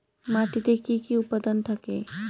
মাটিতে কি কি উপাদান থাকে?